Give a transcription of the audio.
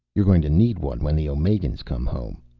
you're going to need one when the omegans come home,